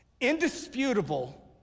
Indisputable